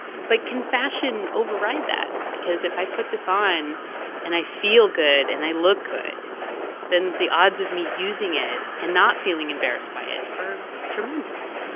but can fashion override that? because if i put this on and i feel good and i look good and the odds of me using it and not feeling embarrassed by it are tremendous.